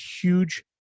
huge